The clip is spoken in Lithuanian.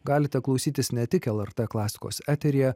galite klausytis ne tik lrt klasikos eteryje